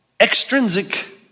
extrinsic